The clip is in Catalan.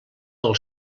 del